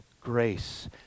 grace